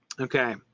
Okay